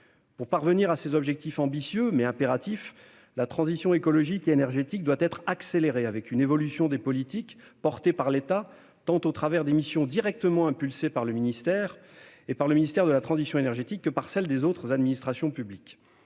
Pour parvenir à ces objectifs ambitieux, mais impératifs, la transition écologique et énergétique doit être accélérée, avec une évolution des politiques portées par l'État, au travers tant des missions directement impulsées par les ministères de la transition écologique et de la transition énergétique que de celles des autres administrations publiques.